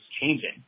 changing